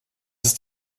ist